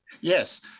Yes